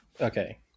Okay